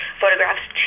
photographs